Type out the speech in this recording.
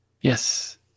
yes